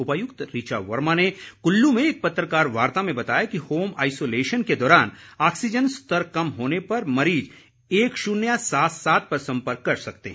उपायुक्त ऋचा वर्मा ने कुल्लू में एक पत्रकार वार्ता में बताया कि होम आइसोलेशन के दौरान ऑक्सीजन स्तर कम होने पर मरीज एक शून्य सात सात पर संपर्क कर सकते हैं